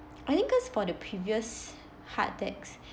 I think cause for the previous heart attacks